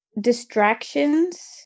Distractions